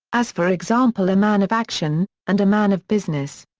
as for example a man of action and a man of business.